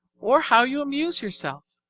or how you amuse yourself.